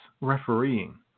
refereeing